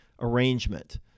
arrangement